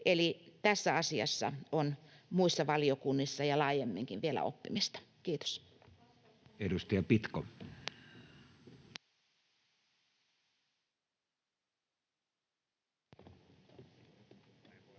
Eli tässä asiassa on muissa valiokunnissa ja laajemminkin vielä oppimista. — Kiitos.